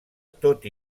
tot